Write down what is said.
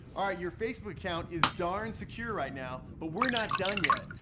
ah your facebook account is darn secure right now but we're not done yet.